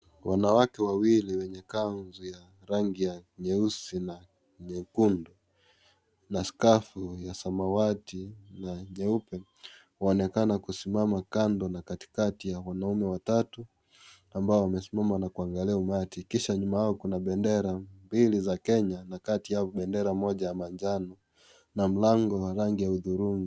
Wanawake wawili wenye kanzu ya rangi ya nyeusi na nyekundu na skafu ya samawati na nyeupe uonekana kusimama kando na katikati ya wanaume watatu ambao wamesimama na kuangalia umati kisha nyuma yao kuna bendera mbili za Kenya na kati yao bendera ya manjano na mlango wa rangi ya hudhurungi.